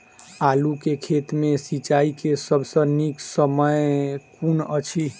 आलु केँ खेत मे सिंचाई केँ सबसँ नीक समय कुन अछि?